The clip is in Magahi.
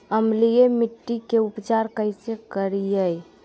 अम्लीय मिट्टी के उपचार कैसे करियाय?